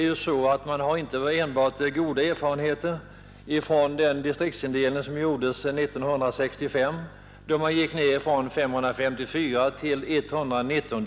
Som bekant har man inte enbart goda erfarenheter av den distriktsindelning som gjordes år 1965, då antalet polisdistrikt minskades från 554 till 119.